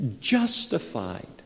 justified